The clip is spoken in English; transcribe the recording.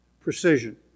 Precision